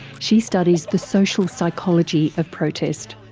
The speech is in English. she studies the social psychology of protest.